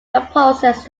composers